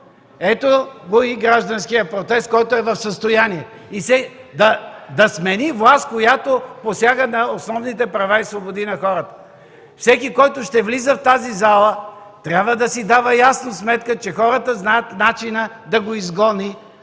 Ето го и гражданският протест, който е в състояние да смени власт, която посяга на основните права и свободи на хората. Всеки, който ще влиза в тази зала, трябва да си дава ясно сметка, че хората знаят начина да го изгонят